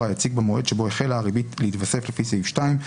היציג במועד שבו החלה הריבית להתווסף לפי סעיף 2,